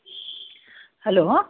hello